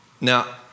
Now